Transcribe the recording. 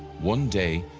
one day,